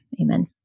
Amen